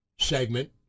segment